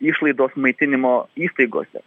išlaidos maitinimo įstaigose